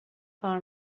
کار